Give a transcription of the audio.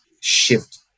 shift